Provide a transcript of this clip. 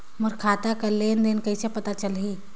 मोर खाता कर लेन देन कइसे पता चलही?